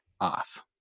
off